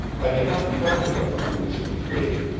i had not counted on the policeman's aid,